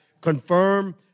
confirm